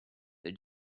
this